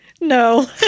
no